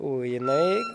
o jinai